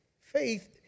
faith